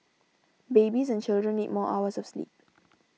babies and children need more hours of sleep